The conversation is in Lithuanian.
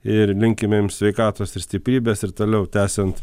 ir linkim jum sveikatos ir stiprybės ir toliau tęsiant